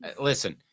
Listen